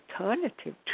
alternative